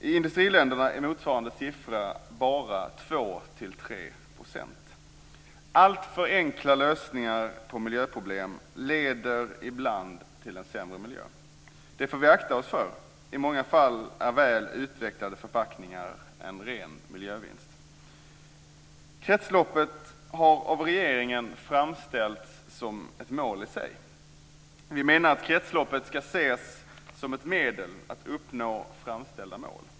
I industriländerna är motsvarande siffra bara 2-3 %. Alltför enkla lösningar på miljöproblem leder ibland till en sämre miljö. Det får vi akta oss för. I många fall är väl utvecklade förpackningar en ren miljövinst. Kretsloppet har av regeringen framställts som ett mål i sig. Vi menar att kretsloppet ska ses som ett medel att nå uppställda mål.